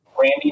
Randy